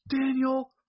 Daniel